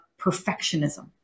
perfectionism